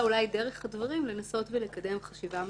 דרך הדברים אני מנסה לקדם חשיבה משותפת.